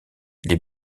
les